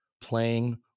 playing